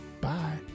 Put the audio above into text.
Bye